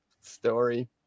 story